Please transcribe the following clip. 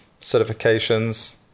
certifications